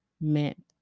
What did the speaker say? meant